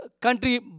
country